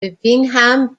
bingham